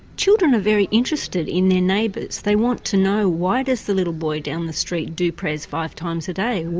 children are very interested in their neighbours they want to know why does the little boy down the street do prayers five times a day?